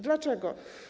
Dlaczego?